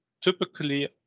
typically